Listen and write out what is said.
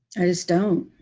i just don't